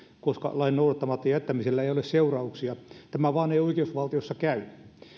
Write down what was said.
koska lain noudattamatta jättämisellä ei ole seurauksia tämä vain ei oikeusvaltiossa käy